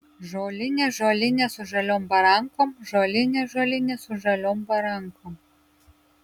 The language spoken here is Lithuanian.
žolinė žolinė su žaliom barankom žolinė žolinė su žaliom barankom